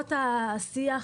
בעקבות השיח